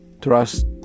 Trust